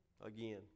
Again